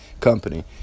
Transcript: company